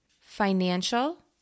financial